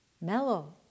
mellow